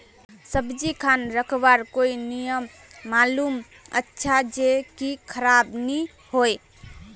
सब्जी खान रखवार कोई नियम मालूम अच्छा ज की खराब नि होय?